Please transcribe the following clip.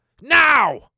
now